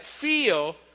feel